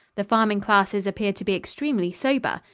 the farming classes appear to be extremely sober.